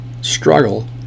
struggle